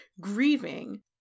grieving